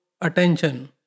attention